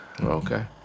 Okay